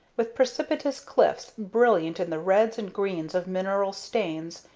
with precipitous cliffs brilliant in the reds and greens of mineral stains,